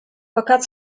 fakat